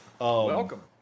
Welcome